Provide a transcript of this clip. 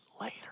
later